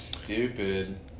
Stupid